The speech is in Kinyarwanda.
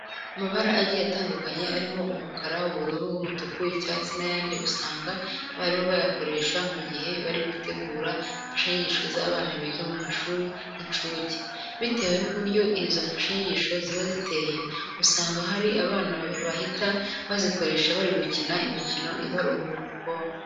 Amabara agiye atandukanye arimo umukara, ubururu, umutuku, icyatsi n'ayandi usanga abarimu bayakoresha mu gihe bari gutegura imfashanyigisho z'abana biga mu mashuri y'incuke. Bitewe n'uburyo izo mfashanyigisho ziba ziteye, usanga hari abana bahita bazikoresha bari gukina imikino ibaruhura mu bwonko.